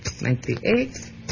Ninety-eight